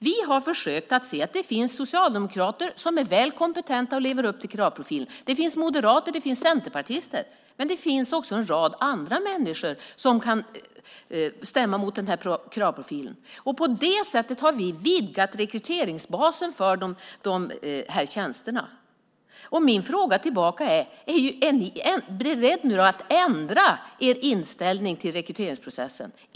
Vi har försökt att se att det finns socialdemokrater som är väl kompetenta och lever upp till kravprofilen liksom det finns moderater och centerpartister, men det finns också en rad andra människor som kan stämma mot kravprofilen. På det sättet har vi vidgat rekryteringsbasen för de här tjänsterna. Min fråga tillbaka är: Är ni beredda att ändra er inställning till rekryteringsprocessen?